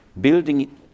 building